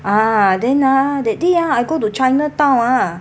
ah then ah that day ah I go to chinatown ah